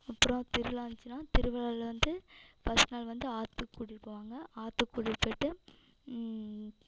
அப்புறம் திருவிழா வந்துச்சின்னா திருவிழாவில் வந்து ஃபஸ்ட் நாள் வந்து ஆற்றுக்கு கூட்டிகிட்டு போவாங்க ஆற்றுக்கு கூட்டிகிட்டு போயிட்டு